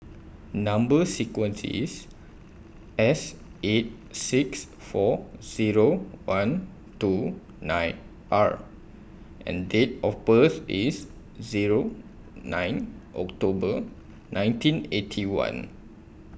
Number sequence IS S eight six four Zero one two nine R and Date of birth IS Zero nine October nineteen Eighty One